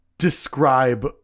Describe